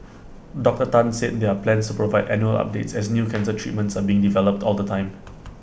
Doctor Tan said there are plans to provide annual updates as new cancer treatments are being developed all the time